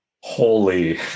Holy